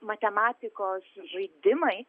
matematikos žaidimai